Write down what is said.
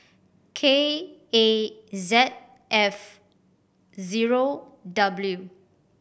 K A Z F zero W